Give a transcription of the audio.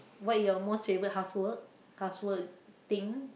what are your most favourite housework housework thing